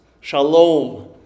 shalom